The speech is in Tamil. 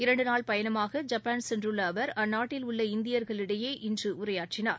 இரண்டு நாள் பயணமாக ஜப்பான் சென்றுள்ள அவர் அந்நாட்டில் உள்ள இந்தியர்களிடையே இன்று உரையாற்றினார்